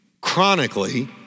chronically